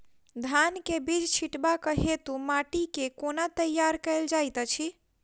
धान केँ बीज छिटबाक हेतु माटि केँ कोना तैयार कएल जाइत अछि?